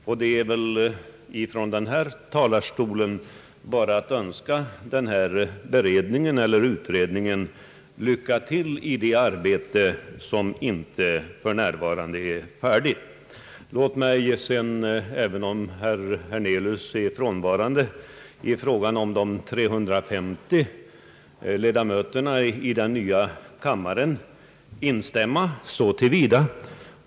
Från denna talarstol är det väl bara att önska beredningen framgång i det arbete som inte för närvarande är färdigt. Låt mig sedan, även om herr Hernelius är frånvarande, delvis instämma i hans uppfattning att 350 ledamöter skulle vara för många.